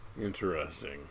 interesting